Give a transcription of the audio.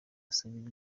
asabira